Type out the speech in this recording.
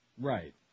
Right